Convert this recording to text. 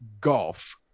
golf